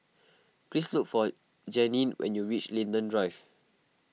please look for Janene when you reach Linden Drive